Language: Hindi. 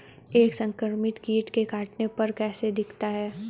एक संक्रमित कीट के काटने पर कैसा दिखता है?